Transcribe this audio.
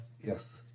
Yes